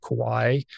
Kauai